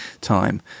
time